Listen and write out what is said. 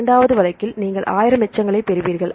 இரண்டாவது வழக்கில் நீங்கள் 1000 எச்சங்களைப் பெறுவீர்கள்